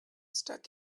stuck